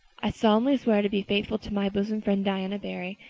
i solemnly swear to be faithful to my bosom friend, diana barry,